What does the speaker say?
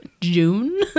june